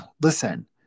listen